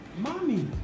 mommy